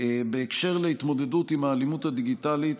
בקשר להתמודדות עם האלימות הדיגיטלית,